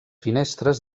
finestres